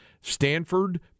Stanford